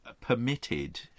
permitted